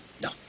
No